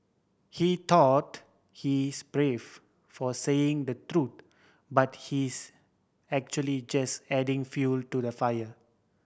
he thought he's brave for saying the truth but he's actually just adding fuel to the fire